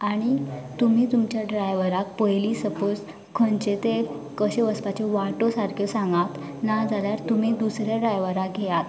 आनी तुमी तुमच्या ड्रायवराक पयलीं सपाॅज खंयचे तें कशें वचपाचें वाटो सारक्यो सांगात नाजाल्यार तुमी दुसऱ्या ड्रायव्हराक घेयात